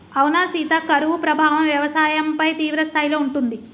అవునా సీత కరువు ప్రభావం వ్యవసాయంపై తీవ్రస్థాయిలో ఉంటుంది